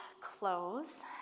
close